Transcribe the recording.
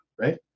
Right